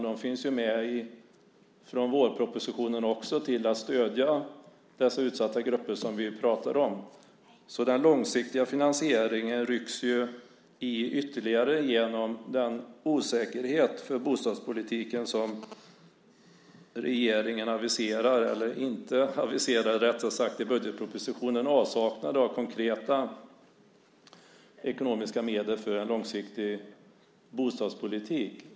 De finns ju med från vårpropositionen för att stödja de utsatta grupper som vi pratar om. Den långsiktiga finansieringen rycks det ju ytterligare i genom den osäkerhet för bostadspolitiken som uppstår genom att regeringen i budgetpropositionen inte aviserar konkreta ekonomiska medel för en långsiktig bostadspolitik.